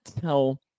tell